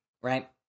Right